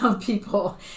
people